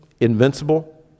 invincible